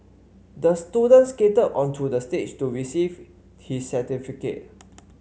the student skated onto the stage to receive his certificate